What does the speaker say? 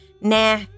nah